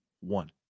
one